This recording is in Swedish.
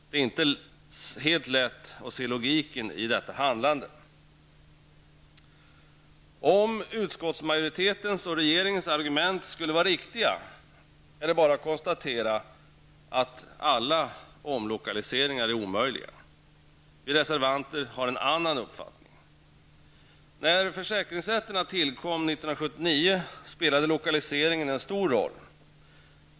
Det är inte helt lätt att se logiken i detta handlande. Om utskottsmajoritetens och regeringens argument skulle vara riktiga, då är det bara att konstatera att alla omlokaliseringar är omöjliga. Vi reservanter har en annan uppfattning. När försäkringsrätterna tillkom år 1979 spelade lokaliseringen en stor roll.